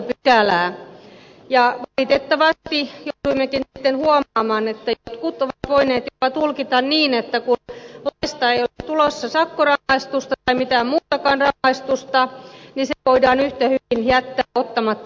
valitettavasti jouduimmekin sitten huomaamaan että jotkut ovat voineet jopa tulkita niin että kun laista ei ole tulossa sakkorangaistusta tai mitään muutakaan rangaistusta niin se voidaan yhtä hyvin jättää ottamatta huomioon